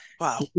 Wow